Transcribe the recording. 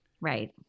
Right